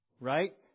Right